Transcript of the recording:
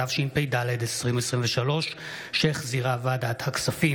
התשפ"ד 2023, מאת חבר הכנסת ניסים ואטורי,